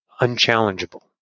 unchallengeable